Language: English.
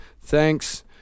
Thanks